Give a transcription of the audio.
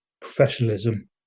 professionalism